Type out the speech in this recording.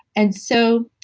and so,